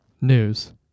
News